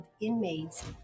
inmates